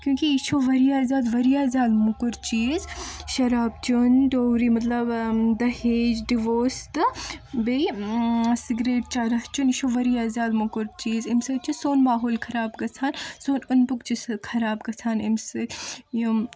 کیوٗنکہِ یہِ چھُ واریاہ زیادٕ واریاہ زیادٕ موٚکُر چیٖز شراب چیٚون ڈوری مطلب دہیج ڈِووس تہٕ بیٚیہِ سگریٖٹ چرٕس چیٚون یہِ چھُ واریاہ زیادٕ موٚکُر چیٖز امہِ سۭتۍ چھُ سون ماحول خراب گژٛھان سون اوٚند پوٚکھ چھُ خراب گژھان امہِ سۭتۍ یم